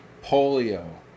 Polio